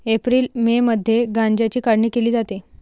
April May मध्ये गांजाची काढणी केली जाते